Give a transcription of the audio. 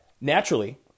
Naturally